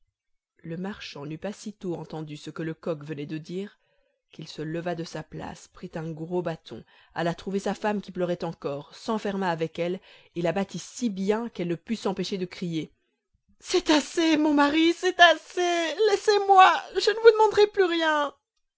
le marchand n'eut pas sitôt entendu ce que le coq venait de dire qu'il se leva de sa place prit un gros bâton alla trouver sa femme qui pleurait encore s'enferma avec elle et la battit si bien qu'elle ne put s'empêcher de crier c'est assez mon mari c'est assez laissezmoi je ne vous demanderai plus rien